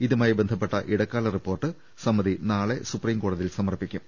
ഇതുമായി ബന്ധപ്പെട്ട ഇടക്കാല ്യറിപ്പോർട്ട് സമിതി നാളെ സുപ്രീംകോടതിയിൽ സമർപ്പിക്കും